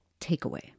takeaway